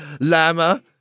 llama